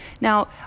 Now